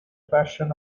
fashion